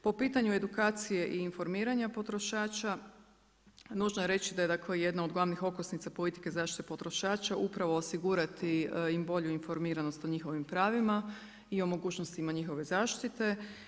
Po pitanju edukacije i informiranja potrošača, nužno je reći da je dakle jedna od glavnih okosnica politike zaštite potrošača upravo osigurati im bolju informiranost o njihovim pravima i mogućnostima njihove zaštite.